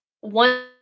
one